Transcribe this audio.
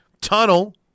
tunnel